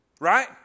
right